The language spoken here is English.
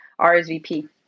RSVP